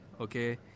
okay